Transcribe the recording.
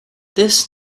this